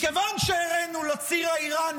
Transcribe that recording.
מכיוון שהראנו לציר האיראני